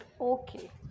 okay